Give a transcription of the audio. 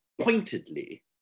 pointedly